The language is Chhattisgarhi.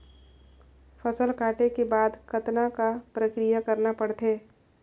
फसल काटे के बाद कतना क प्रक्रिया करना पड़थे?